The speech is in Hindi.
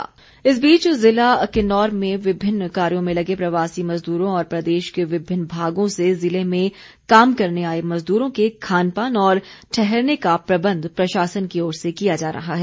किन्नौर डीसी इस बीच ज़िला किन्नौर में विभिन्न कार्यों में लगे प्रवासी मजदूरों और प्रदेश के विभिन्न भागों से ज़िले में काम करने आए मजदूरों के खानपान और ठहरने का प्रबंध प्रशासन की ओर से किया जा रहा है